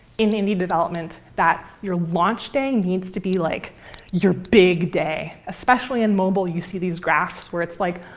in indie development that you're launch day needs to be like your big day. especially in mobile, you see these graphs where it's like,